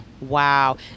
wow